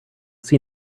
see